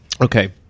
Okay